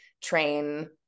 train